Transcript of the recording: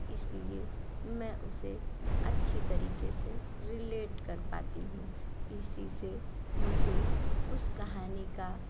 इसलिए मैं उसे अच्छी तरीके से रिलेट कर पाती हूँ इसी से मुझे उस कहानी का